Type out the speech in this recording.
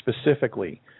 specifically